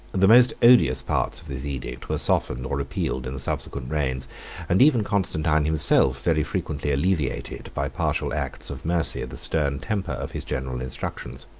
the most odious parts of this edict were softened or repealed in the subsequent reigns and even constantine himself very frequently alleviated, by partial acts of mercy, the stern temper of his general institutions.